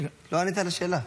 לא ענית על השאלה.